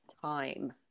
time